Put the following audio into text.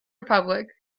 republic